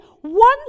one